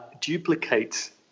duplicates